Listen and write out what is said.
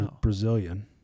Brazilian